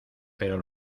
pero